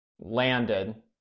Landed